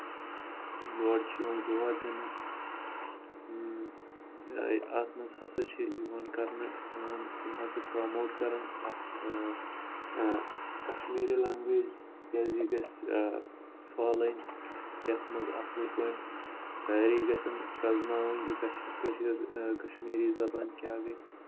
یور چھِ یِوَان زور دِنہٕ اَتھ منٛز ہَسا چھِ یِوَان کَرنہٕ کٲم تِم ہَسا پرٛموٹ کَرَان اَکھ کشمیٖری لنٛگویج تِکیٛازِ یہِ گژھِ فالٕنۍ یَتھ منٛز اَصٕل پٲٹھۍ ساری گژھن پرٛزناوٕنۍ یہِ کٔشیٖر کشمیٖری زبان کیٛاہ گٔے